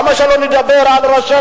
למה שלא נדבר על ראשי המדינה?